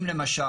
אם למשל,